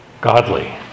godly